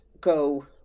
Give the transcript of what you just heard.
go